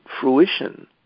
fruition